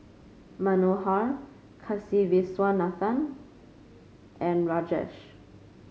Manohar Kasiviswanathan and Rajesh